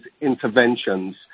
interventions